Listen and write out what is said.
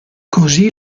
così